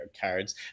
cards